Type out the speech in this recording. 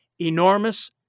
enormous